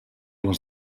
les